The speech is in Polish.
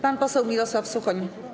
Pan poseł Mirosław Suchoń.